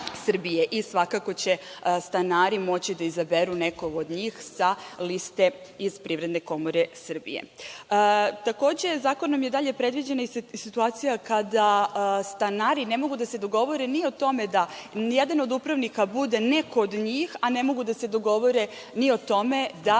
i svakako će stanari moći da izaberu nekog od njih sa liste iz PKS.Takođe, zakonom je dalje predviđena i situacija kada stanari ne mogu da se dogovore ni o tome da ni jedan od upravnika bude neko od njih, a ne mogu da se dogovore ni o tome da